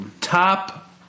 Top